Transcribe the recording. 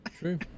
True